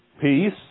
Peace